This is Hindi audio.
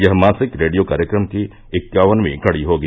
यह मासिक रेडियो कार्यक्रम की इक्यावनवीं कड़ी होगी